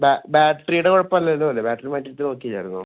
ബ ബാറ്റ്റീടെ കുഴപ്പല്ലല്ലോല്ലെ ബാറ്റ്റി മാറ്റിയിട്ട് നോക്കീല്ലായിരുന്നോ